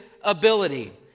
ability